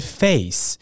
face